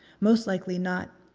most likely not.